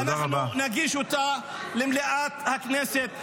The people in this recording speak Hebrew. ואנחנו נגיש אותה למליאת הכנסת,